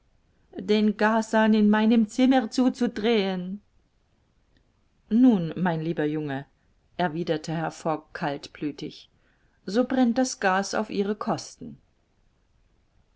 den gashahn in meinem zimmer zuzudrehen nun mein lieber junge erwiderte herr fogg kaltblütig so brennt das gas auf ihre kosten